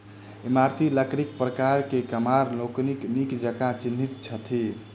इमारती लकड़ीक प्रकार के कमार लोकनि नीक जकाँ चिन्हैत छथि